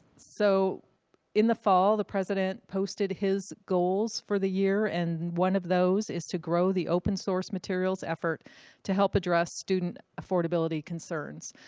so in the fall, the president posted his goals for the year and one of those is to grow the open source materials effort to help address student affordability concerns.